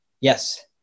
Yes